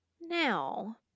Now